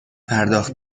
پرداخت